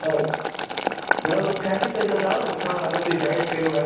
آ مےٚ حظ اوٗس فیملی سۭتۍ تَرُن بہٕ چھُس وَنان اگرتُہۍ گایڈ کٔرِو اسہِ